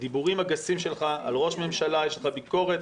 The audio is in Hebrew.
בדיבורים הגסים שלך על ראש ממשלה .יש לך ביקורת,